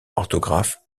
orthographe